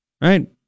Right